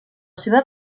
seva